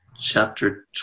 chapter